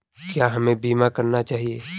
क्या हमें बीमा करना चाहिए?